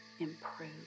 Improve